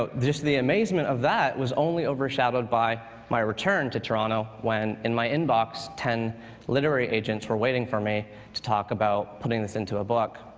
ah the amazement of that was only overshadowed by my return to toronto, when, in my inbox, ten literary agents were waiting for me to talk about putting this into a book.